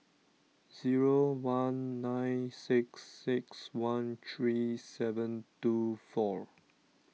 zero one nine six six one three seven two four